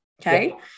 Okay